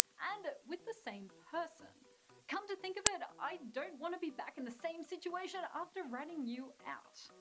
and with the same person. and come to think of it, i don't want to be back in the same situation after ratting you out.